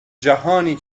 جهانی